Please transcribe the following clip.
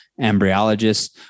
embryologists